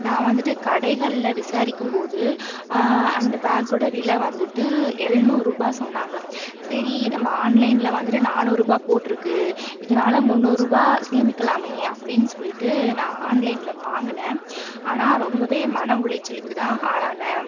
நான் வந்துட்டு கடைகளில் விசாரிக்கும்போது அந்தப் பேக்கோட விலை வந்துட்டு எழுநூறுரூபாய் சொன்னாங்க சரி நம்ம ஆன்லைனில் வந்துட்டு நானூறுபா போட்டுருக்கு இதனால முன்னூறுபாய் சேமிக்கலாமே அப்படின்னு சொல்லிட்டு நான் ஆன்லைனில் வாங்குனேன் ஆனால் ரொம்பவே மன உளைச்சலுக்குதான் ஆளானேன்